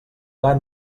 gat